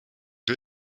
der